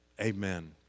Amen